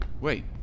Wait